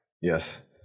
yes